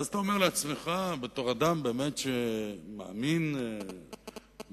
ואז אתה אומר לעצמך בתור אדם שמאמין בפיתוח